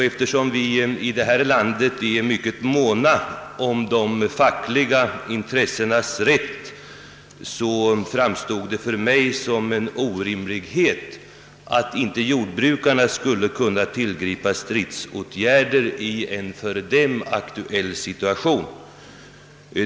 Eftersom vi här i landet är mycket måna om de fackliga intressenas rätt, framstod det för mig som en orimlighet att inte jordbrukarna skulle kunna tillgripa stridsåtgärder i en för dem aktuell situation.